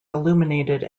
illuminated